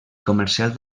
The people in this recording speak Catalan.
comercial